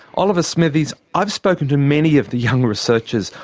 oliver smithies, i've spoken to many of the young researchers,